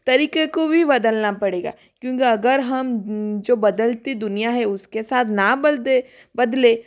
तरीके को भी बदलना पड़ेगा क्योंकि अगर हम जो बदलती दुनिया है उसके साथ न बदले